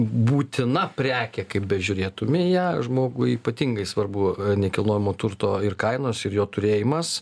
būtina prekė kaip bežiūrėtum į ją žmogui ypatingai svarbu nekilnojamo turto ir kainos ir jo turėjimas